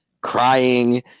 crying